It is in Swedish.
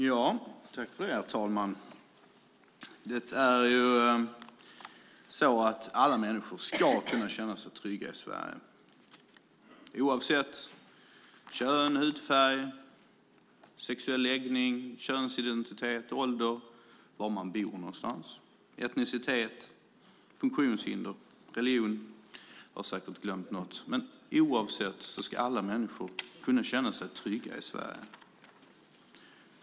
Herr talman! Alla människor ska kunna känna sig trygga i Sverige. Oavsett kön, hudfärg, sexuell läggning, könsidentitet, ålder, var man bor någonstans, etnicitet, funktionshinder och religion - jag har säkert glömt något - ska alla människor kunna känna sig trygga i Sverige.